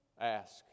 Ask